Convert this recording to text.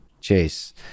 chase